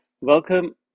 Welcome